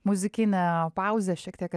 muzikinę pauzę šiek tiek